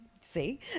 See